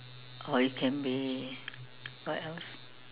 or it can be what else